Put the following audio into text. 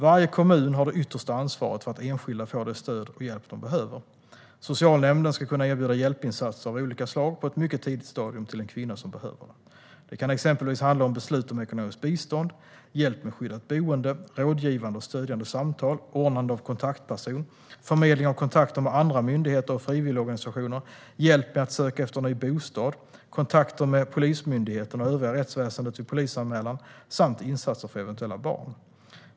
Varje kommun har det yttersta ansvaret för att enskilda får det stöd och den hjälp de behöver. Socialnämnden ska kunna erbjuda hjälpinsatser av olika slag på ett mycket tidigt stadium till en kvinna som behöver det. Det kan exempelvis handla om beslut om ekonomiskt bistånd, hjälp med skyddat boende, rådgivande och stödjande samtal, ordnande av kontaktperson, förmedling av kontakter med andra myndigheter och frivilligorganisationer, hjälp med att söka efter ny bostad, kontakter med Polismyndigheten och övriga rättsväsendet vid polisanmälan samt insatser för eventuella barn.